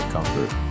Comfort